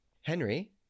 Henry